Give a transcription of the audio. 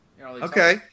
Okay